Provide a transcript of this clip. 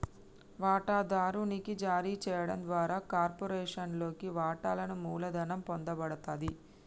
వాటాదారునికి జారీ చేయడం ద్వారా కార్పొరేషన్లోని వాటాలను మూలధనం పొందబడతది